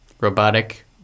robotic